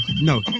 No